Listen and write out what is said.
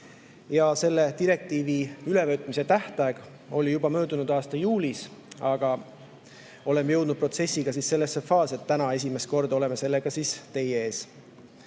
Selle direktiivi ülevõtmise tähtaeg oli juba möödunud aasta juulis, aga oleme jõudnud protsessiga sellesse faasi, et täna oleme esimest korda sellega teie ees.